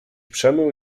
przemył